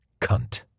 Cunt